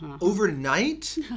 overnight